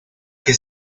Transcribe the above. que